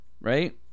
Right